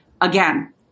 Again